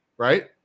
Right